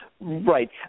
Right